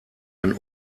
ein